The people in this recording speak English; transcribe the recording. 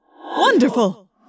Wonderful